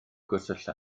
gwersylla